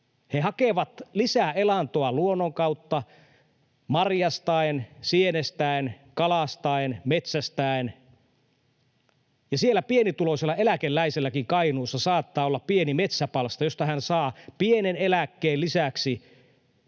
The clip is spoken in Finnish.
He hakevat lisää elantoa luonnon kautta marjastaen, sienestäen, kalastaen, metsästäen, ja Kainuussa pienituloisella eläkeläiselläkin saattaa olla pieni metsäpalsta, josta hän saa pienen eläkkeen lisäksi puun